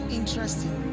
interesting